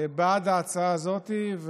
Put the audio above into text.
בעד ההצעה הזאת,